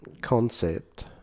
concept